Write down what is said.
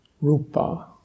Rupa